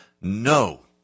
no